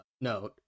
no